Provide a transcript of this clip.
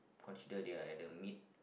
consider they are at the mid